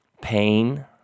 pain